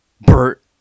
BERT